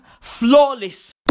flawless